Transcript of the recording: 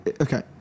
okay